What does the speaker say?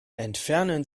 entfernen